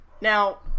Now